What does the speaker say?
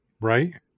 right